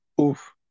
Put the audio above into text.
Oof